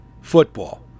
football